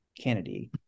Kennedy